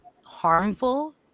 harmful